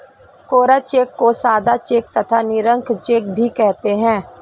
कोरा cheque को सादा cheque तथा निरंक चेक भी कहते हैं